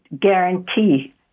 guarantee